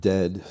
Dead